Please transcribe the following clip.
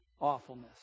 awfulness